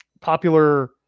popular